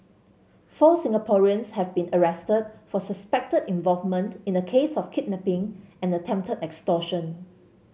four Singaporeans have been arrested for suspected involvement in a case of kidnapping and attempted extortion